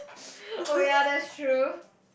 oh ya that's true